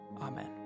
Amen